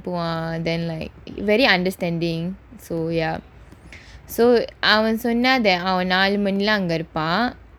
but then like very understanding so ya so அவன் சொன்னான்:avan sonnaan there அவன் நாலு மணிலாம் அங்க இருப்பான்:avan naalu manilaam anga iruppaan